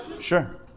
sure